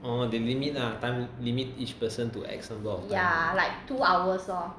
oh they limit lah time limit each person to x number of time